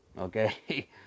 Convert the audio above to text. okay